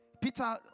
Peter